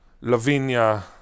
Lavinia